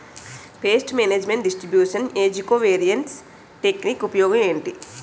paste management distribution ఏజ్జి covariance technique ఉపయోగం ఏంటి